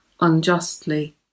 unjustly